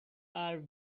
are